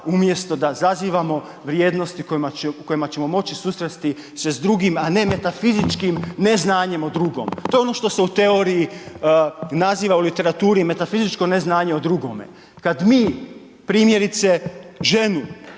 umjesto da zazivamo vrijednosti u kojima ćemo moći susresti se s drugim, a ne metafizičkim neznanjem o drugom. To je ono što se u teoriji naziva u literaturi, metafizičko neznanje o drugome. Kad mi, primjerice ženu